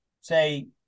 say